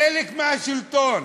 חלק מהשלטון,